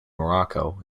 morocco